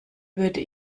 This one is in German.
würde